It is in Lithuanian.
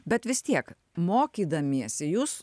bet vis tiek mokydamiesi jūs